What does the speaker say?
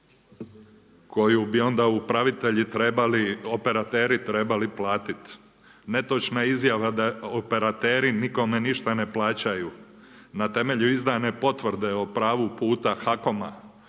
trebali, operateri trebali platiti. Netočna je izjava da operateri nikome ništa ne plaćaju. Na temelju izdane potvrde o pravu puta HAKOM-a